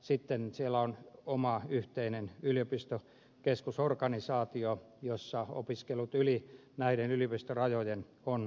sitten siellä on oma yhteinen yliopistokeskusorganisaatio jossa opiskelu yli näiden yliopistorajojen on mahdollista